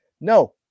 No